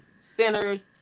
centers